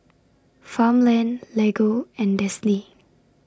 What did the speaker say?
Farmland Lego and Delsey